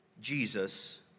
Jesus